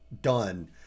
done